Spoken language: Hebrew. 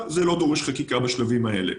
שזה לא דורש חקיקה בשלבים האלה.